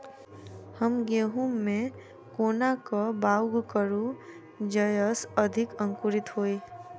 हम गहूम केँ कोना कऽ बाउग करू जयस अधिक अंकुरित होइ?